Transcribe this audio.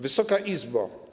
Wysoka Izbo!